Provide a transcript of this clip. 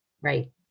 Right